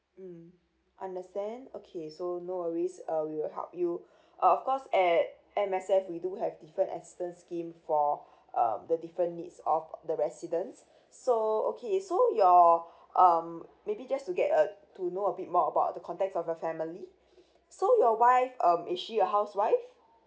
mmhmm understand okay so no worries uh we will help you uh of course at M_S_F we do have different assistance scheme for um the different needs of the residents so okay so your um maybe just to get uh to know a bit more about the context of the family so your wife um is she a housewife